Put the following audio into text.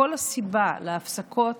כל הסיבה להפסקות